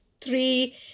three